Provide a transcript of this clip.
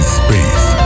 space